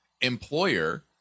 employer